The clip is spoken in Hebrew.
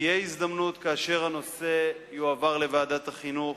תהיה הזדמנות כאשר הנושא יועבר לוועדת החינוך.